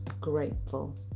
grateful